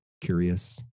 curious